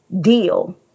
deal